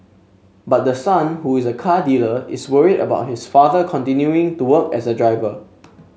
but the son who is a car dealer is worried about his father continuing to work as a driver